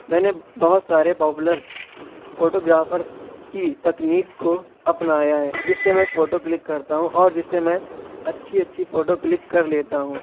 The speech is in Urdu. میں نے بہت سارے پاپولر فوٹو گرافرس کی تکنیک کو اپنایا ہے جس سے میں فوٹو کلک کرتا ہوں اور جس سے میں اچھی اچھی فوٹو کلک کر لیتا ہوں